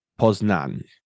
Poznan